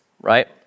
right